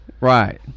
right